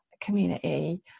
community